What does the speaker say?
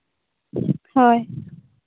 ᱦᱳᱭ